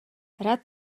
rád